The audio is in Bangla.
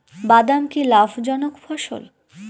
বাদাম কি লাভ জনক ফসল?